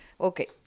Okay